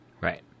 right